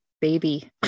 baby